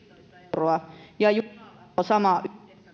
euroa ja junalla sama yhdeksäntoista